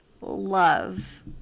love